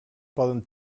poden